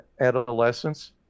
adolescence